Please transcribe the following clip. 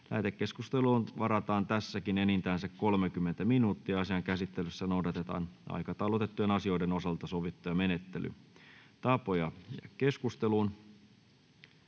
Lähetekeskusteluun varataan enintään 30 minuuttia ja asian käsittelyssä noudatetaan aikataulutettujen asioiden osalta sovittuja menettelytapoja. — Edustaja